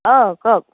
অ কওক